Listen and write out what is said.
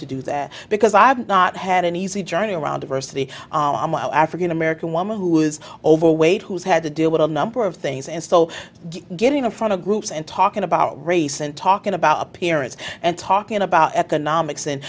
to do that because i've not had an easy journey around diversity african american woman who is overweight who has had to deal with a number of things and so getting in front of groups and talking about race and talking about appearance and talking about economics and